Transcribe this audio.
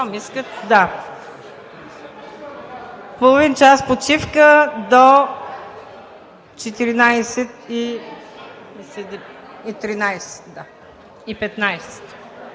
Половин час почивка до 14,15